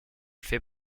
fait